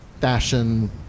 fashion